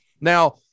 now